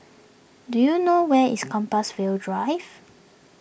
do you know where is Compassvale Drive